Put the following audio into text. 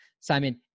Simon